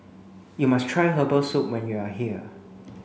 you must try herbal soup when you are here